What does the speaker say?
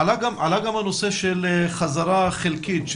עלה גם הנושא של חזרה חלקית.